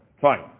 Fine